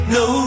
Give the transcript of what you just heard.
no